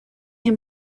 him